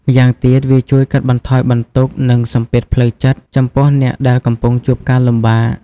ម្យ៉ាងទៀត វាជួយកាត់បន្ថយបន្ទុក និងសម្ពាធផ្លូវចិត្តចំពោះអ្នកដែលកំពុងជួបការលំបាក។